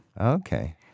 Okay